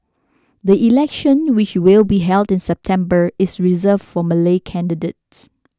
the election which will be held in September is reserved for Malay candidates